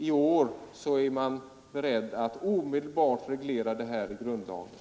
I år är man färdig att omedelbart reglera den här frågan i grundlagen.